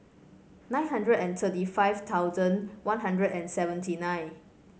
nine hundred and thirty five thousand One Hundred and seventy nine